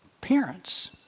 parents